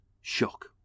Shock